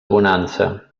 bonança